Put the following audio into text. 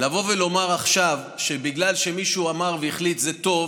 לומר עכשיו שבגלל שמישהו אמר והחליט זה טוב,